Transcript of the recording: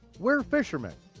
we're fishermen,